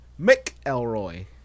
McElroy